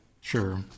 Sure